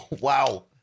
wow